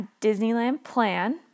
DisneylandPlan